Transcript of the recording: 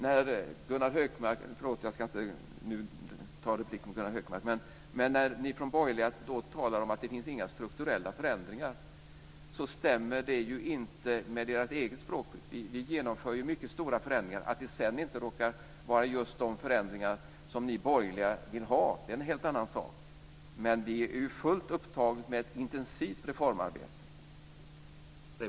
När ni från borgerligt håll säger att det inte finns några strukturella förändringar, stämmer det inte med ert eget språkbruk. Vi genomför mycket stora förändringar. Att det sedan inte råkar vara just de förändringar som ni borgerliga vill ha är en helt annan sak. Vi är fullt upptagna med ett intensivt reformarbete.